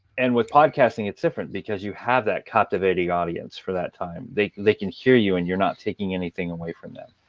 and with podcasting, it's different, because you have that captivating audience for that time. they they can hear you, and you're not taking anything away from them.